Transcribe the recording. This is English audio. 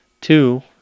Two